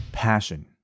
passion